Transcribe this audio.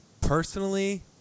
Personally